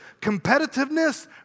competitiveness